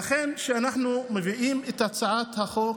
לכן כשאנחנו מביאים את הצעת החוק